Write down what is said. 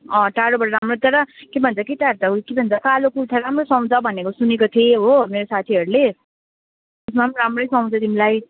टाडोबाट राम्रो तर के भन्छ केटाहरू त के भन्छ कालो कुर्ता राम्रो सुहाउँछ भन्ने सुनेको थिएँ हो मेरो साथीहरूले त्यसमा राम्रै सुहाउँछ तिमीलाई